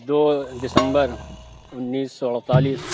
دو دسمبر اُنیس سو اڑتالیس